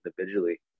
individually